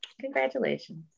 Congratulations